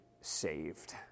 saved